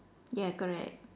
ya correct